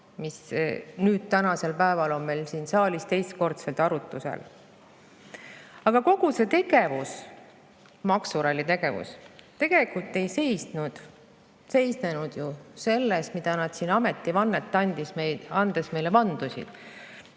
mis on tänasel päeval meil siin saalis teist korda arutlusel. Aga kogu see tegevus, maksuralli, tegelikult ei seisnenud ju selles, mida nad ametivannet andes meile vandusid.